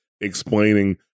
explaining